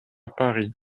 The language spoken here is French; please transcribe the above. paris